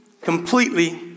completely